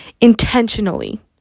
intentionally